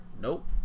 Nope